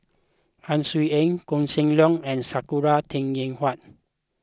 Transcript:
Ang Swee Aun Koh Seng Leong and Sakura Teng Ying Hua